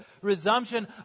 resumption